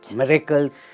miracles